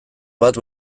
bat